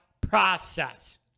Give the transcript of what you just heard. process